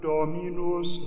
Dominus